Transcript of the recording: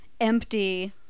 empty